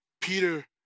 Peter